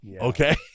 Okay